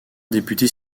députés